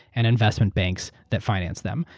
and investment banks that financed them.